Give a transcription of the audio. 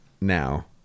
now